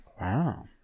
Wow